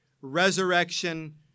resurrection